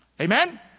Amen